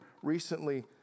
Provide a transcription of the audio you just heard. Recently